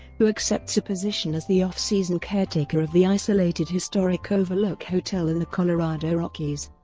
who accepts a position as the off-season caretaker of the isolated historic overlook hotel in the colorado rockies.